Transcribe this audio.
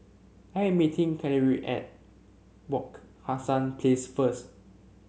I am meeting Carlyle at Wak Hassan Place first